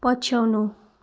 पछ्याउनु